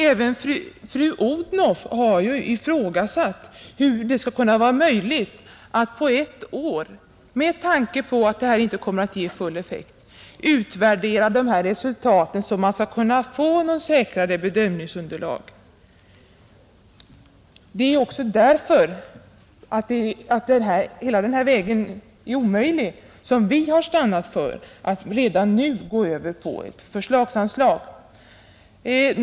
Även fru Odhnoff har ju ifrågasatt hur det skall vara möjligt att på ett år, med tanke på att reformen inte kommer att ge full effekt, utvärdera resultaten av den så att man skall kunna få något säkrare bedömningsunderlag. Det är också därför att denna väg är omöjlig som vi har stannat för att redan nu gå över på ett förslagsanslag.